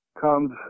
comes